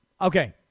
Okay